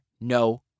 no